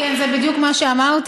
כן, זה בדיוק מה שאמרתי.